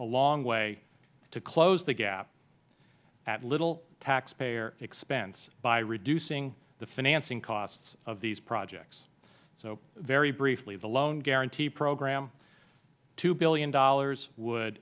a long way to close the gap at little taxpayer expense by reducing the financing costs of these projects so very briefly the loan guarantee program two dollars billion would